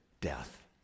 death